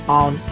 on